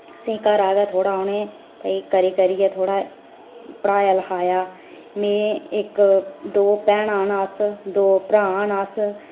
असें घरा गै थोह्ड़ा उ'नें भई करी करियै थोह्ड़ा पढ़ाया लखाया मैं इक दो भैनां न अस दो भ्रा न अस